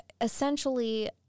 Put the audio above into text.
essentially